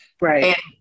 right